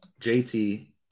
JT